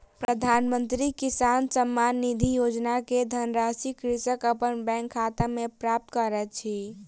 प्रधानमंत्री किसान सम्मान निधि योजना के धनराशि कृषक अपन बैंक खाता में प्राप्त करैत अछि